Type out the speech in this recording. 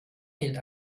gilt